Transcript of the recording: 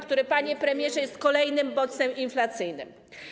który, panie premierze, jest kolejnym bodźcem inflacyjnym.